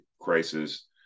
crisis